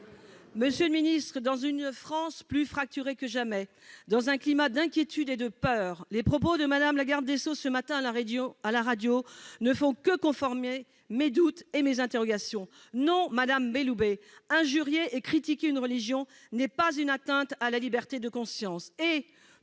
Monsieur le ministre, dans une France plus fracturée que jamais, dans un climat d'inquiétude et de peur, les propos de Mme la garde des sceaux ce matin, à la radio, ne font que conforter mes doutes et mes interrogations. Non, madame Belloubet, injurier et critiquer une religion n'est pas une atteinte à la liberté de conscience.